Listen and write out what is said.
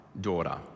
daughter